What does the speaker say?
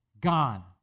gone